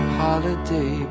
holiday